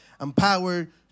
empowered